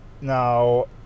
Now